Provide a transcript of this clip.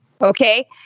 okay